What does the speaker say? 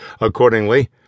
Accordingly